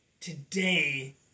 today